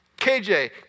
KJ